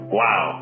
wow